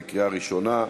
בקריאה ראשונה.